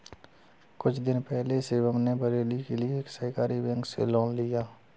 कुछ दिन पहले शिवम ने बरेली के एक सहकारी बैंक से लोन लिया